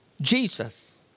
Jesus